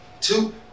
Two